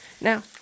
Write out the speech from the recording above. Now